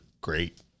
great